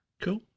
Cool